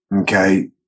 okay